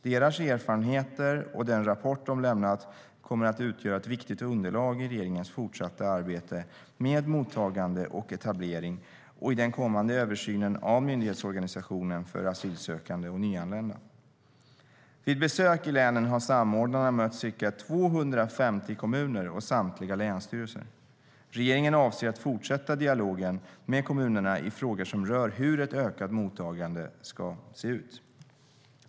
Deras erfarenheter och den rapport de lämnat kommer att utgöra ett viktigt underlag i regeringens fortsatta arbete med mottagande och etablering och i den kommande översynen av myndighetsorganisationen för asylsökande och nyanlända. Vid besök i länen har samordnarna mött ca 250 kommuner och samtliga länsstyrelser. Regeringen avser att fortsätta dialogen med kommunerna i frågor som rör hur ett ökat mottagande ska se ut.